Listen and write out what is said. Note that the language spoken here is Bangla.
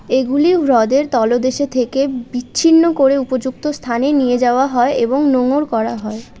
এগুলি হ্রদের তলদেশে থেকে বিচ্ছিন্ন করে উপযুক্ত স্থানে নিয়ে যাওয়া হয় এবং নোঙর করা হয়